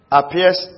appears